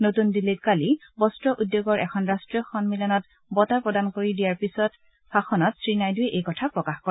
নতন দিল্লীত কালি বস্ত্ৰ উদ্যোগৰ এখন ৰাট্টীয় সম্মিলনত বঁটা প্ৰদান কৰাৰ পিছত দিয়া ভাষণত শ্ৰীনাইডুৱে এই কথা প্ৰকাশ কৰে